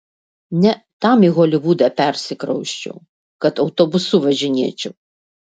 ne tam į holivudą persikrausčiau kad autobusu važinėčiau